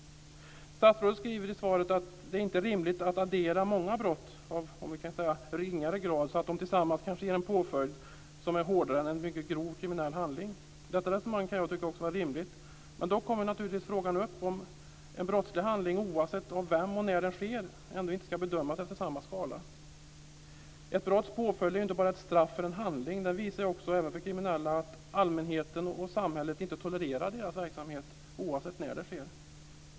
Statsrådet säger i svaret att det inte är rimligt att addera många brott av ringare grad så att de tillsammans kanske ger en påföljd som är hårdare än för en mycket grov kriminell handling. Detta resonemang kan jag också tycka vara rimligt. Men då kommer naturligtvis frågan upp om en brottslig handling, oavsett av vem och när den sker, ändå inte ska bedömas efter samma skala. Ett brotts påföljd är ju inte bara ett straff för en handling. Den visar också, även för kriminella, att allmänheten och samhället inte tolererar deras verksamhet, oavsett när den sker.